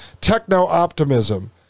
techno-optimism